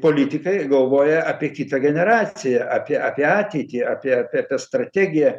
politikai galvoja apie kitą generaciją apie apie ateitį apie apie strategiją